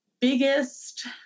biggest